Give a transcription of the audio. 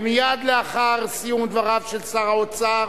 מייד לאחר סיום דבריו של שר האוצר,